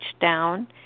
down